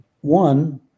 one